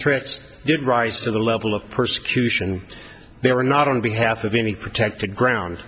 threats did rise to the level of persecution they were not on behalf of any protected ground